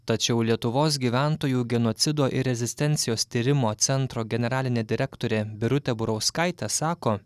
tačiau lietuvos gyventojų genocido ir rezistencijos tyrimo centro generalinė direktorė birutė burauskaitė sako